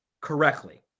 correctly